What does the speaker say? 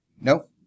No